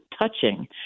touching